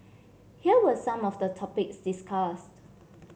here were some of the topics discussed